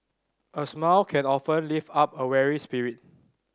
a smile can often lift up a weary spirit